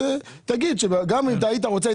גם אם היית רוצה,